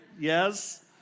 Yes